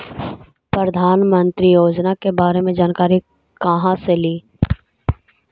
प्रधानमंत्री योजना के बारे मे जानकारी काहे से ली?